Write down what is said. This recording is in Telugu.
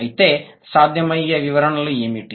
అయితే సాధ్యమయ్యే వివరణలు ఏమిటి